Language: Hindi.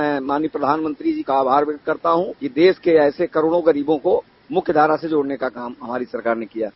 मैं माननीय पधानमंत्री जी का आभार व्यक्त करता हूं कि देश के ऐसे करोड़ों गरीबों को मुख्य धारा से जोड़ने का काम हमारी सरकार ने किया है